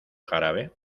jarabe